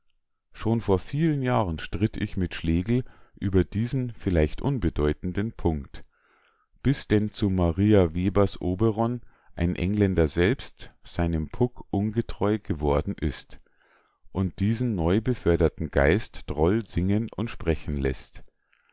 schon vor vielen jahren stritt ich mit schlegel über diesen vielleicht unbedeutenden punkt bis denn zu maria weber's oberon ein engländer selbst seinem puck ungetreu geworden ist und diesen neu beförderten geist droll singen und sprechen läßt